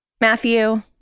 matthew